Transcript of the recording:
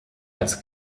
als